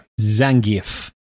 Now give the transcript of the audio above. Zangief